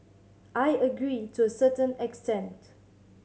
I agree to a certain extent